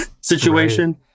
situation